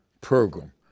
program